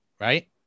right